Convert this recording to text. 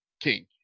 King